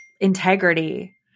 integrity